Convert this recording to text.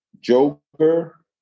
Joker